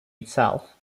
itself